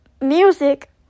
music